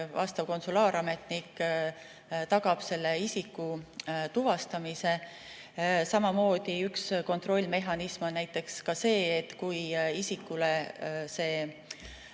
vastav konsulaarametnik tagab isiku tuvastamise. Samamoodi on üks kontrollimehhanism näiteks see, et kui isikule see